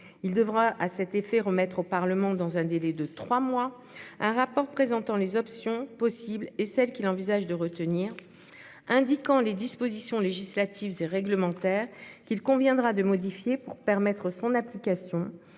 Il devra, à cet effet, remettre au Parlement, dans un délai de trois mois, un rapport présentant les options possibles et celle qu'il envisage de retenir, tout en indiquant les dispositions législatives et réglementaires qu'il conviendra de modifier pour permettre son application,